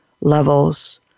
levels